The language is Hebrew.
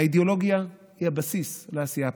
האידיאולוגיה היא הבסיס לעשייה הפוליטית.